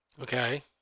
Okay